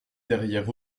derrière